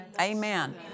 Amen